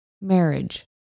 marriage